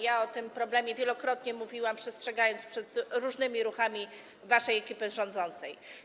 Ja o tym problemie wielokrotnie mówiłam, przestrzegając przed różnymi ruchami waszej ekipy rządzącej.